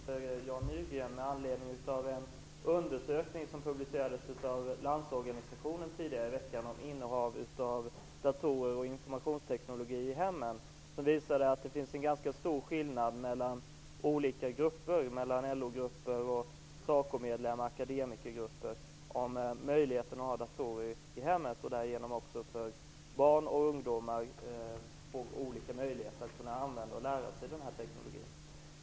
Fru talman! Jag skulle vilja ställa en fråga till samordningsminister Jan Nygren med anledning av en undersökning som publicerades av Landsorganisationen tidigare i veckan om innehav av datorer och informationsteknik i hemmen. Den visade att det finns en ganska stor skillnad mellan olika grupper - mellan LO-grupper och SACO-medlemmar eller akademikergrupper - när det gäller möjligheten att ha datorer i hemmet och därigenom också för barn och ungdomar att lära sig denna teknik.